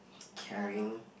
carrying